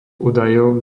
údajov